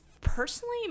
personally